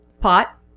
pot